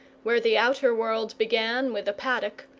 where the outer world began with the paddock,